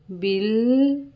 bill